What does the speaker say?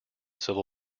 civil